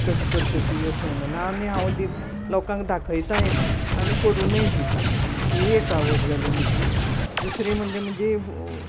कशें करता ती अशें म्हणून आनी हांव न्ही लोकांक दाखयताय बी आनी करूनूय दितां ही एक आवड जाली म्हजी दुसरी म्हणजे म्हजें